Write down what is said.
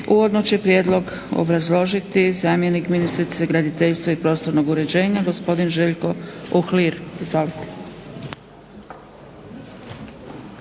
Uvodno će prijedlog obrazložiti zamjenik ministrice graditeljstva i prostornog uređenja gospodin Željko Uhlir. Izvolite.